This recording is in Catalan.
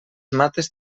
mates